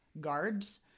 guards